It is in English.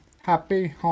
Happy